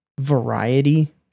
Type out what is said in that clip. variety